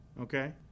okay